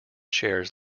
shares